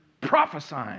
prophesying